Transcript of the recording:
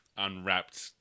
Unwrapped